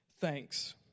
Thanks